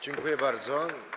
Dziękuję bardzo.